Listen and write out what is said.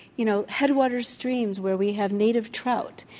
you know, head water streams where we have native trout,